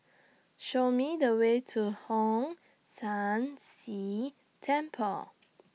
Show Me The Way to Hong San See Temple